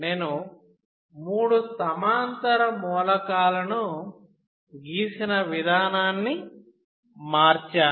నేను మూడు సమాంతర మూలకాలను గీసిన విధానాన్ని మార్చాను